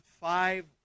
five